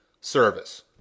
service